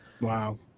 wow